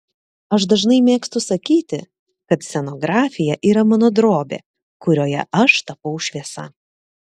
aš dažnai mėgstu sakyti kad scenografija yra mano drobė kurioje aš tapau šviesa